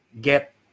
get